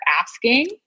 asking